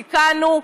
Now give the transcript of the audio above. תיקנו,